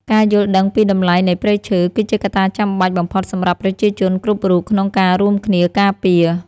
ការយល់ដឹងពីតម្លៃនៃព្រៃឈើ គឺជាកត្តាចាំបាច់បំផុតសម្រាប់ប្រជាជនគ្រប់រូបក្នុងការរួមគ្នាការពារ។